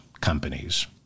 companies